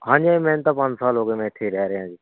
ਹਾਂਜੀ ਮੈਨੂੰ ਤਾਂ ਪੰਜ ਸਾਲ ਹੋ ਗਏ ਮੈਂ ਇੱਥੇ ਹੀ ਰਹਿ ਰਿਹਾ ਜੀ